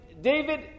David